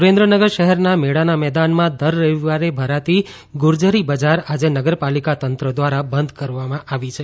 સુરેન્દ્રનગર શહેરના મેળાના મેદાનમાં દર રવિવારે ભરાતી ગુજરી બજાર આજે નગરપાલિકા તંત્ર દ્વારા બંધ કરવામાં આવી છે